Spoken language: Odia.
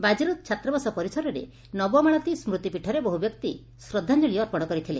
ବାଜିରାଉତ ଛାତ୍ରାବାସ ପରିସରରେ ନବ ମାଳତୀ ସ୍ବୁତିପୀଠରେ ବହୁ ବ୍ୟକ୍ତି ଶ୍ରଦ୍ଧାଞଞଳି ଅର୍ପଣ କରିଥିଲେ